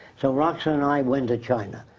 so, roxanne and i went to china.